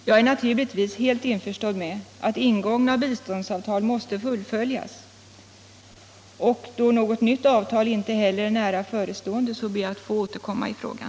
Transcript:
Jag är helt införstådd med, att ingångna biståndsavtal måste fullföljas, och då något nytt avtal inte är nära förestående ber jag att få återkomma i frågan.